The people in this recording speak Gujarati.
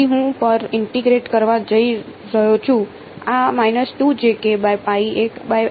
તેથી હું પર ઇન્ટીગ્રેટ કરવા જઈ રહ્યો છું